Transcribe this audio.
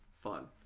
fun